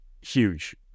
Huge